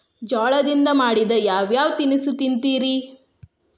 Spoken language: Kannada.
ಜೋಳದಿಂದ ಮಾಡಿದ ಯಾವ್ ಯಾವ್ ತಿನಸು ತಿಂತಿರಿ?